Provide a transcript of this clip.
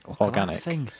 organic